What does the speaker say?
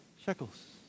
shekels